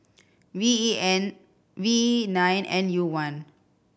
V E N V E nine N U one